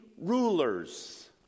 rulers